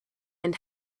and